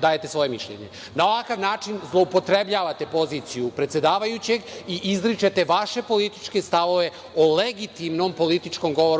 date svoje mišljenje. Na ovakav način zloupotrebljavate poziciju predsedavajućeg i izričete vaše političke stavove o legitimnom političkom govoru